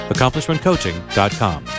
AccomplishmentCoaching.com